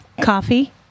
Coffee